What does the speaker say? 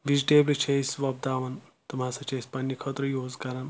vegetables چھِ أسۍ وۄپداوَان تِم ہسا چھِ أسۍ پَننہِ خٲطرٕ یوٗز کَرَان